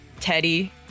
Teddy